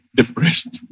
depressed